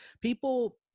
people